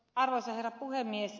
arvoisa herra puhemies